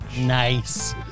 nice